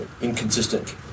inconsistent